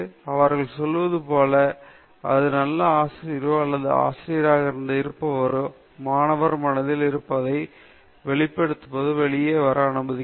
அவர்கள் சொல்வது போல் ஒரு நல்ல ஆசிரியர் யாரோ ஒரு ஆசிரியர் ஆசிரியராக இருப்பவர் ஏற்கனவே மாணவர் மனதில் இருப்பதை வெளிப்படுத்துவதோடு வெளியே வர அனுமதிக்கிறார்